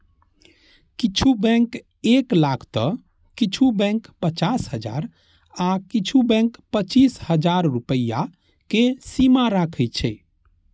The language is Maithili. किछु बैंक एक लाख तं किछु बैंक पचास हजार आ किछु बैंक पच्चीस हजार रुपैया के सीमा राखै छै